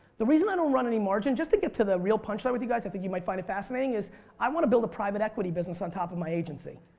the reason i don't run any margin just to get to the real punchline for you guys, i think you might find it fascinating is i want to build a private equity business on top of my agency,